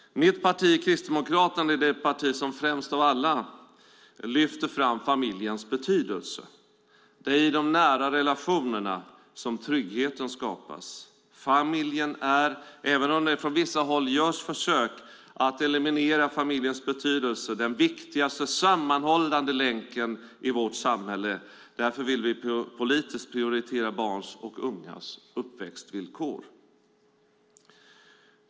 Kristdemokraterna är det parti som främst av alla lyfter fram familjens betydelse. Det är i de nära relationerna som tryggheten skapas. Familjen är den viktigaste sammanhållande länken i vårt samhälle - även om det från vissa håll görs försök att eliminera familjens betydelse. Därför vill vi politiskt prioritera barns och ungas uppväxtvillkor.